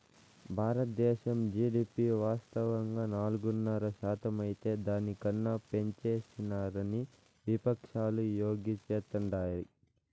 బారద్దేశం జీడీపి వాస్తవంగా నాలుగున్నర శాతమైతే దాని కన్నా పెంచేసినారని విపక్షాలు యాగీ చేస్తాండాయి